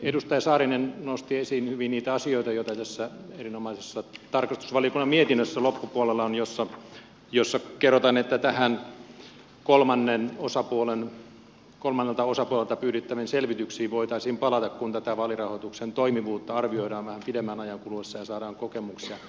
edustaja saarinen nosti esiin hyvin niitä asioita joita tässä erinomaisessa tarkastusvaliokunnan mietinnössä loppupuolella on jossa kerrotaan että näihin kolmannelta osapuolelta pyydettäviin selvityksiin voitaisiin palata kun tätä vaalirahoituksen toimivuutta arvioidaan vähän pidemmän ajan kuluessa ja saadaan kokemuksia